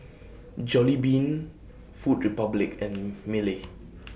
Jollibean Food Republic and Mili